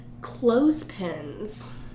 clothespins